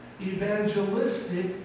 evangelistic